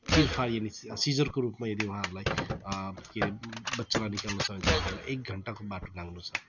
चिरफार यानि सिजरको रूपमा यदि उहाँहरूलाई के हरे बच्चालाई निकाल्नु छ भने चाहिँ उहाँहरूलाई एक घण्टाको बाटो नाघ्नु छ